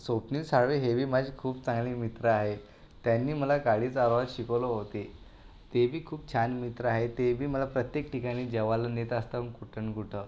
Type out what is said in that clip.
स्वप्नील साळवे हेबी माझे खूप चांगले मित्र आहेत त्यांनी मला गाडी चालवायला शिकवलं होते तेही खूप छान मित्र आहेत तेबी मला प्रत्येक ठिकाणी जेवायला नेत असतात कुठं ना कुठं